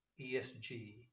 ESG